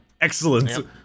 Excellent